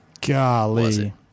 Golly